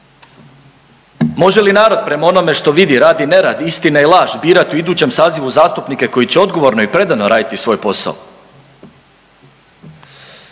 može li narod prema onome što vidi radi ne radi, istine i laži birati u idućem sazivu zastupnike koji će odgovorno i predano raditi svoj posao?